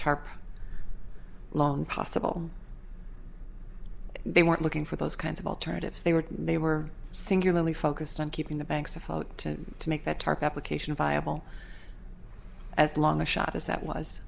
tarp long possible they weren't looking for those kinds of alternatives they were they were singularly focused on keeping the banks afloat to make that tarp application viable as long a shot as that was